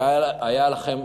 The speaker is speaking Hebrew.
והיו לכם,